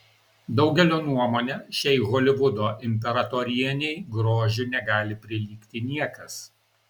daugelio nuomone šiai holivudo imperatorienei grožiu negali prilygti niekas